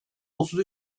otuz